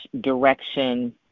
direction